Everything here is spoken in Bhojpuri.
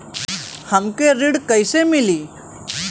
हमके ऋण कईसे मिली?